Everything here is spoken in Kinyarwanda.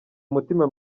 umutima